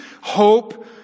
hope